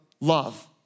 love